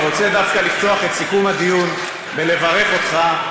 אני רוצה דווקא לפתוח את סיכום הדיון בלברך אותך,